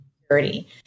security